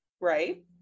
right